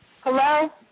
Hello